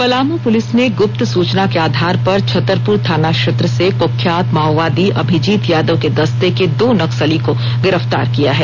Palamu police ने गुप्त सुचना के आधार पर छत्तरपुर थाना क्षेत्र से कुख्यात माओवादी अभिजीत यादव के दस्ते के दो नक्सली को गिरफ्तार किया है